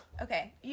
Okay